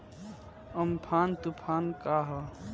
Amphan तुफान का ह?